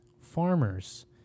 farmers